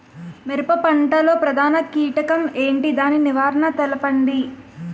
మిరప పంట లో ప్రధాన కీటకం ఏంటి? దాని నివారణ తెలపండి?